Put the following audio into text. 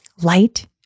Light